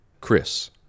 Chris